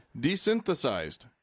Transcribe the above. desynthesized